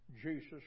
Jesus